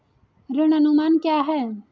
ऋण अनुमान क्या है?